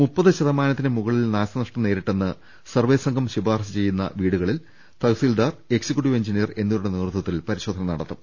മുപ്പത് ശതമാനത്തിന് മുകളിൽ നാശനഷ്ടം നേരിട്ടെന്ന് സർ വെ സംഘം ശിപാർശ ചെയ്ത വീടുകളിൽ തഹസിൽദാർ എക് സിക്യൂട്ടീവ് എഞ്ചിനിയർ എന്നിവരുടെ നേതൃത്വത്തിൽ പരിശോധ ന നടത്തും